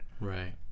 right